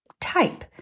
type